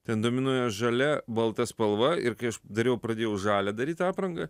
ten dominuoja žalia balta spalva ir dariau pradėjau žalią daryt aprangą